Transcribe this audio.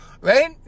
Right